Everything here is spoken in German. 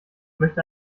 möchte